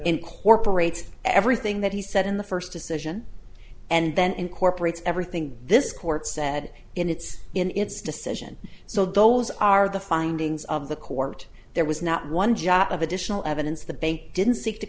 incorporates everything that he said in the first decision and then incorporates everything this court said in its in its decision so those are the findings of the court there was not one jot of additional evidence the bank didn't seek to